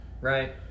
Right